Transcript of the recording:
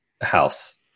house